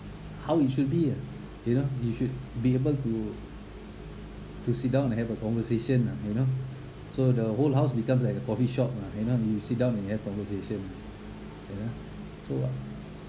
how it should be ah you know you should be able to to sit down and have a conversation ah you know so the whole house becomes like a coffee shop lah you know you sit down and have conversation ya so